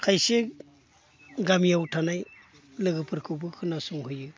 खायसे गामियाव थानाय लोगोफोरखौबो खोनासंहोयो